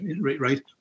right